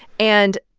and,